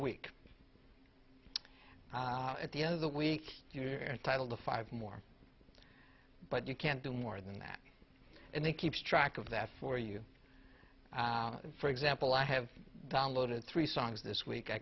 week at the end of the week here titled a five more but you can't do more than that and it keeps track of that for you for example i have downloaded three songs this week i